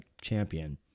Champion